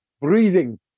breathing